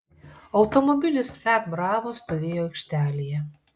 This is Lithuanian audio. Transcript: automobilis fiat bravo stovėjo aikštelėje